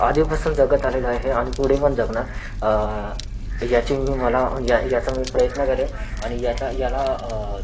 आधीपासून जगत आलेलो आहे ते आणि पुढे पण जगणार याची मी मला या याचा मी प्रयत्न करेल आनि याचा याला